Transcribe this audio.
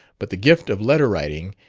but the gift of letter-writing,